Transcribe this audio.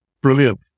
Brilliant